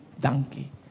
donkey